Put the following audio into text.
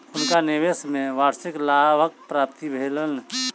हुनका निवेश में वार्षिक लाभक प्राप्ति भेलैन